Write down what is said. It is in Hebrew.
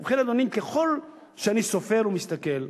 ובכן, אדוני, ככל שאני סופר ומסתכל,